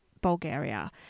Bulgaria